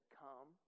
come